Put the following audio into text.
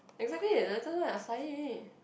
exactly the latest one is acai already